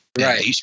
Right